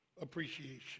appreciation